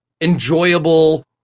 enjoyable